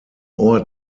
ort